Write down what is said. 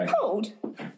cold